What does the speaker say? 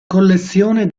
collezione